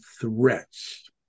threats